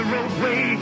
roadway